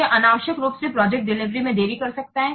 यह अनावश्यक रूप से प्रोजेक्ट डिलीवरी में देरी कर सकता है